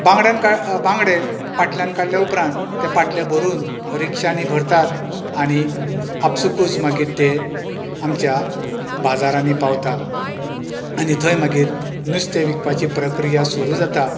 बांगट्यांत बांगडे पाटल्यान काडल्या उपरांत ते पाटले भरून रिक्षांनी भरतात आनी आपसूकूच मागीर तें आमच्या बाजारांनी पावता आनी थंय मागीर नुस्तें विकपाची प्रक्रिया सुरू जाता